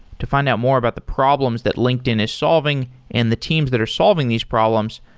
to find out more about the problems that linkedin is solving and the teams that are solving these problems,